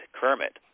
Kermit